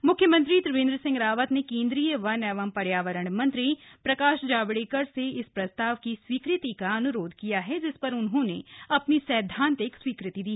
म्ख्यमंत्री त्रिवेंद्र सिंह रावत ने केंद्रीय वन एवं पर्यावरण मंत्री प्रकाश जावडेकर से इस प्रस्ताव की स्वीकृति का अन्रोध किया है जिस पर उन्होंने अपनी सैद्वांतिक स्वीकृति दी